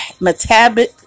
metabolic